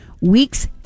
weeks